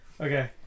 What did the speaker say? Okay